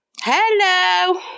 Hello